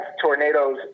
tornadoes